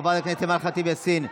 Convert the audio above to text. חבר הכנסת אימאן ח'טיב יאסין,